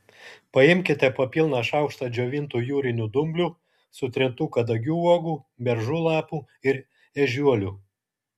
paimkite po pilną šaukštą džiovintų jūrinių dumblių sutrintų kadagių uogų beržų lapų ir ežiuolių